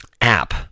app